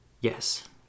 yes